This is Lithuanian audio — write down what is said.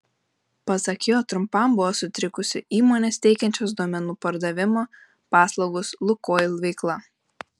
pasak jo trumpam buvo sutrikusi įmonės teikiančios duomenų perdavimo paslaugas lukoil veikla